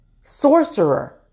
sorcerer